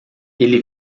ele